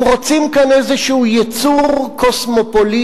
הם רוצים פה איזה יצור קוסמופוליטי,